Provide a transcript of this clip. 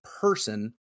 person